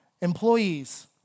employees